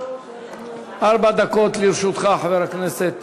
ארבע דקות לרשותך, חבר הכנסת